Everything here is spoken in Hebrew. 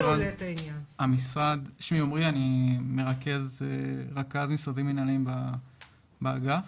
שמי עומרי, אני רכז משרדים מנהליים באגף.